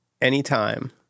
anytime